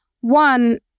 one